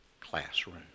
classroom